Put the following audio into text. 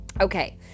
Okay